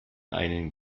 einen